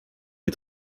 est